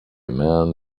man